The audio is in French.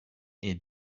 est